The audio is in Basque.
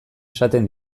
esaten